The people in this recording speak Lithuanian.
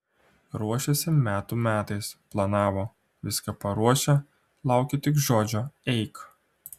ruošėsi metų metais planavo viską paruošę laukė tik žodžio eik